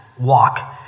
walk